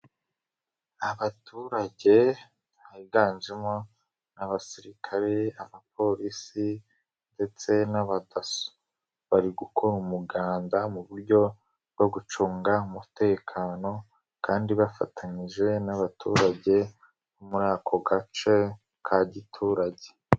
Abaturage higanjemo n'abasirikare, abapolisi ndetse n'abadaso, bari gukora umuganda mu buryo bwo gucunga umutekano kandi bafatanyije n'abaturage bo muri ako gace ka giturage.